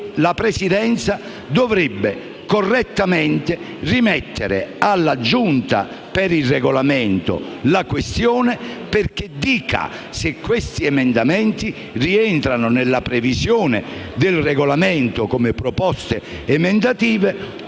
la Presidenza dovrebbe, correttamente, rimettere alla Giunta per il Regolamento la questione, perché dica se questi emendamenti rientrano nella previsione del Regolamento come proposte emendative o